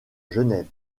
genève